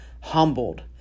humbled